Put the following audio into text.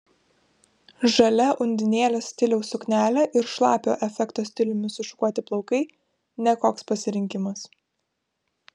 žalia undinėlės stiliaus suknelė ir šlapio efekto stiliumi sušukuoti plaukai ne koks pasirinkimas